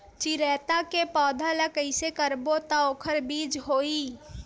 चिरैता के पौधा ल कइसे करबो त ओखर बीज होई?